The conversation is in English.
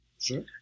Sure